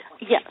Yes